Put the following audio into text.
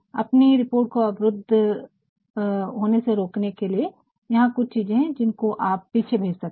अपनी रिपोर्ट को अवरुद्ध होने से रोकने के लिए यहाँ कुछ चीज़े है जिनको आप पीछे भेज सकते है